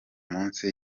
munsi